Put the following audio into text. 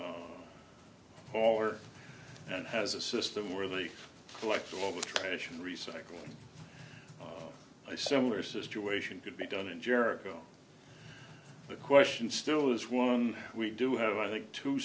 color and has a system where they collect all the trash and recycling a similar situation could be done in jericho the question still is what we do have i think to